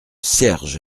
serge